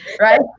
right